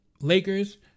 Lakers